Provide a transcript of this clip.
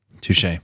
Touche